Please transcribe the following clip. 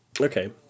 Okay